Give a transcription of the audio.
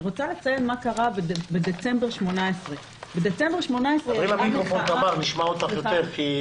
אני רוצה לציין מה קרה בדצמבר 2018. המחאה הייתה